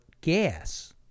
gas